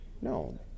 No